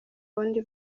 bundi